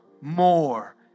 more